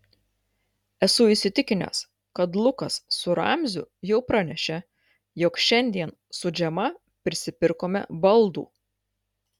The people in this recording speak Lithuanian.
esu įsitikinęs kad lukas su ramziu jau pranešė jog šiandien su džema prisipirkome baldų